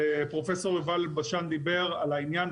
פרופ' יובל אלבשן דיבר על העניין,